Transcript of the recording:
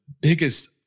biggest